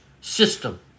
system